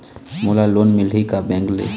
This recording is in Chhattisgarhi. मोला लोन मिलही का बैंक ले?